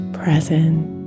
present